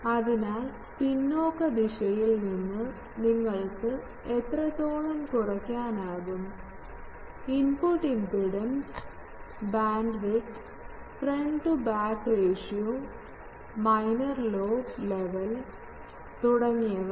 അതിനാൽ പിന്നോക്ക ദിശയിൽ നിന്ന് നിങ്ങൾക്ക് എത്രത്തോളം കുറയ്ക്കാനാകും input impedance bandwidth front to back ratio minor lobe level തുടങ്ങിയവ